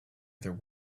other